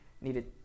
needed